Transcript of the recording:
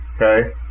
okay